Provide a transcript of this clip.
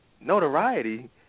notoriety